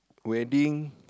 wedding